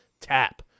tap